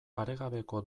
paregabeko